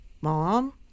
Mom